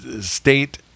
state